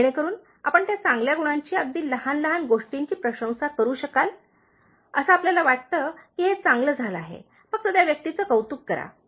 जेणेकरून आपण त्या चांगल्या गुणांची अगदी अगदी लहान गोष्टींची प्रशंसा करू शकाल असे आपल्याला वाटते की हे चांगले झाले आहे फक्त त्या व्यक्तीचे कौतुक करा